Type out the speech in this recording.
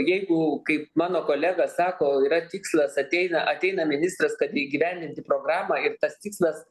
jeigu kaip mano kolega sako yra tikslas ateina ateina ministras kad įgyvendinti programą ir tas tikslas